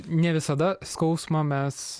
ne visada skausmą mes